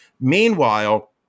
Meanwhile